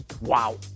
Wow